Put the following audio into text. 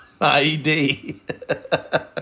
IED